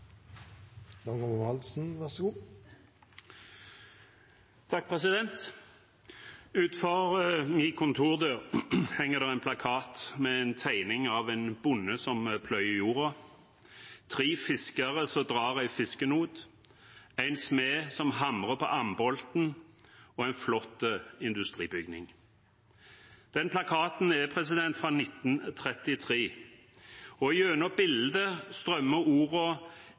henger det en plakat med en tegning av en bonde som pløyer jorda, tre fiskere som drar en fiskenot, en smed som hamrer på ambolten, og en flott industribygning. Denne plakaten er fra 1933, og gjennom bildet strømmer